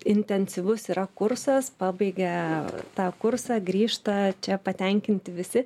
intensyvus yra kursas pabaigia tą kursą grįžta čia patenkinti visi